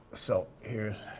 so, here's